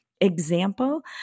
example